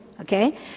okay